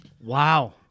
Wow